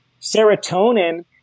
serotonin